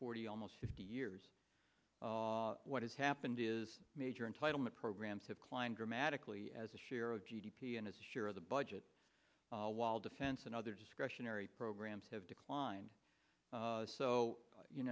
forty almost fifty years what has happened is major entitlement programs have climbed dramatically as a share of g d p and its share of the budget while defense and other discretionary programs have declined so you